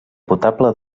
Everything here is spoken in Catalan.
potable